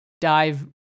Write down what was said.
dive